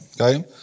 Okay